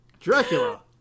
Dracula